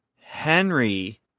Henry